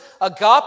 Agape